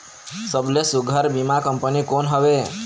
सबले सुघ्घर बीमा कंपनी कोन हवे?